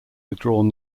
withdrawn